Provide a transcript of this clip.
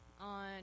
on